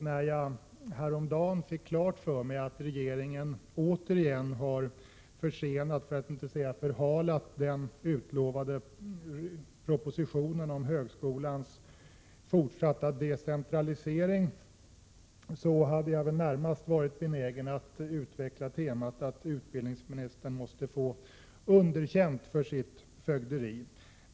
När jag häromdagen fick klart för mig att regeringen återigen har försenat, för att inte säga förhalat, den utlovade propositionen om högskolans fortsatta decentralisering, var jag närmast benägen att utveckla temat att utbildningsministern måste få underkänt för sitt fögderi.